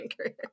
career